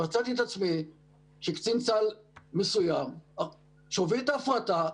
מצאתי את עצמי - קצין צה"ל מסוים שהוביל את ההפרטה,